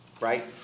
right